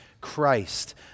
Christ